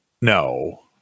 No